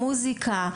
מוזיקה,